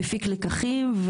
מפיק לקחים,